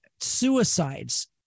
suicides